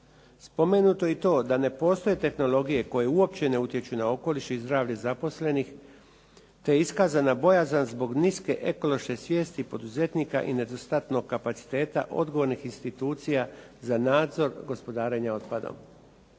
Spomenuto je i to da ne postoje tehnologije koje uopće ne utječu na okoliš i zdravlje zaposlenih te iskazana bojazan zbog niske ekološke svijesti poduzetnika i nedostatnog kapaciteta odgovornih institucija za nadzor gospodarenja otpadom.